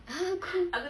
aku